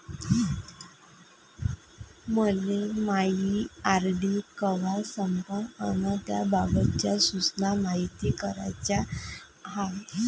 मले मायी आर.डी कवा संपन अन त्याबाबतच्या सूचना मायती कराच्या हाय